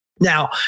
Now